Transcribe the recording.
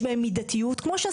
שיש בהם מידתיות.